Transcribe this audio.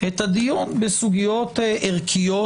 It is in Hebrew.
את הדיון בסוגיות ערכיות,